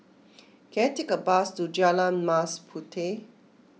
can I take a bus to Jalan Mas Puteh